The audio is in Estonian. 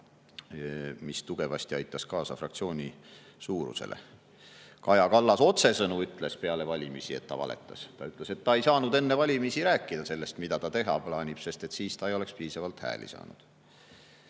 mis tugevasti aitasid kaasa fraktsiooni [praeguse] suuruse [saavutamisele]. Kaja Kallas ütles peale valimisi otsesõnu, et ta valetas. Ta ütles, et ta ei saanud enne valimisi rääkida sellest, mida ta teha plaanib, sest siis ta ei oleks piisavalt hääli saanud.